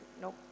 Nope